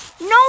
No